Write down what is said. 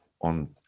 on